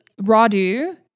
Radu